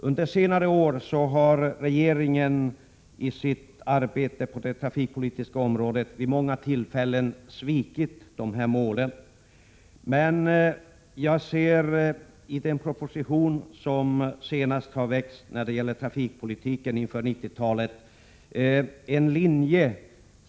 Under senare år har regeringen i sitt arbete på det trafikpolitiska området vid många tillfällen svikit de här målen. Men i den proposition som senast har lagts fram när det gäller trafikpolitiken inför 1990-talet ser jag en linje.